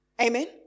Amen